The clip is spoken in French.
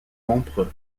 rompre